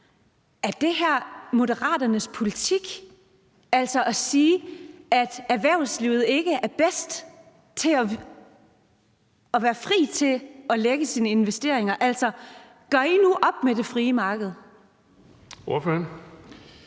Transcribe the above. Er det her Moderaternes politik, altså at sige, at erhvervslivet ikke er bedst til at være fri til at lægge sine investeringer? Altså, gør I nu op med det frie marked? Kl.